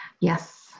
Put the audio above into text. Yes